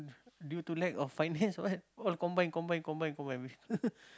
due to lack of finance what all combine combine combine